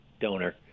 donor